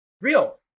Real